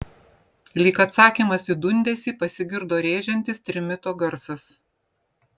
lyg atsakymas į dundesį pasigirdo rėžiantis trimito garsas